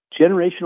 Generational